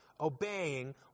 obeying